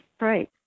right